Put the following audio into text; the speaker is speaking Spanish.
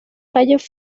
calles